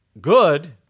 good